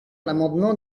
l’amendement